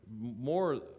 more